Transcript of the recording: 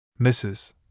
Mrs